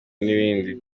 n’ibindi